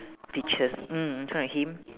peaches mm in front of him